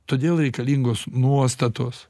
todėl reikalingos nuostatos